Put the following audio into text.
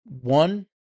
one